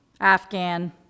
Afghan